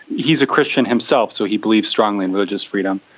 he's a christian himself, so he believes strongly in religious freedom.